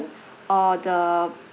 or the